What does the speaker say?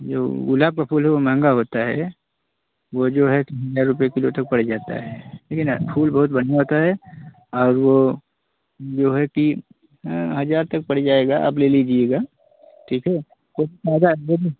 वह गुलाब का फूल वह महँगा होता है वह जो है हज़ार रुपये किलो तक पड़ जाता है ठीक है ना फूल बहुत बढ़िया होता है और वह जो है कि हज़ार तक पड़ जाएगा आप ले लीजिएगा ठीक है कुछ फ़ायदा देंगे